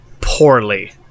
poorly